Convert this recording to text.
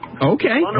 Okay